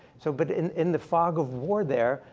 so but in in the fog of war there,